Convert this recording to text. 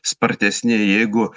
spartesni jeigu